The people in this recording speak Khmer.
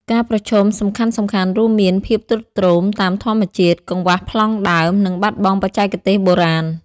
ការប្រឈមសំខាន់ៗរួមមាន ភាពទ្រុឌទ្រោមតាមធម្មជាតិ កង្វះប្លង់ដើម និងបាត់បង់បច្ចេកទេសបុរាណ។